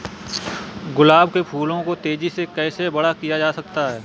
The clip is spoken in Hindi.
गुलाब के फूलों को तेजी से कैसे बड़ा किया जा सकता है?